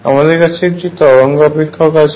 আমাদের কাছে একটি তরঙ্গ অপেক্ষক আছে